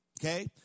Okay